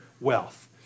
wealth